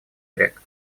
рек